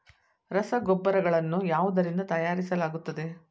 ರಸಗೊಬ್ಬರಗಳನ್ನು ಯಾವುದರಿಂದ ತಯಾರಿಸಲಾಗುತ್ತದೆ?